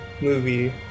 movie